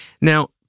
Now